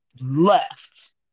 left